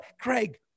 Craig